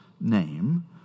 name